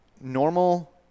normal